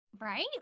Right